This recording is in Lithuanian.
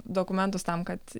dokumentus tam kad